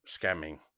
scamming